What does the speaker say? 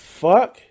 fuck